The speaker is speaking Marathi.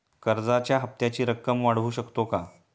कर्जाच्या हप्त्याची रक्कम वाढवू शकतो का?